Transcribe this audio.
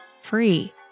free